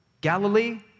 Galilee